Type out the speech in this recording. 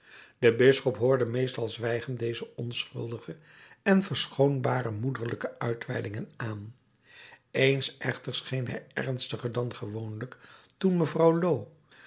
de bisschop hoorde meestal zwijgend deze onschuldige en verschoonbare moederlijke uitweidingen aan eens echter scheen hij ernstiger dan gewoonlijk toen mevrouw